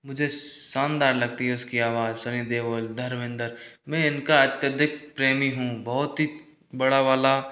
मुझे शानदार लगती है उसकी आवाज़ सनी देओल धर्मेंद्र मैं इनका अत्यधिक प्रेमी हूँ बहुत ही बड़ा वाला